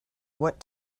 what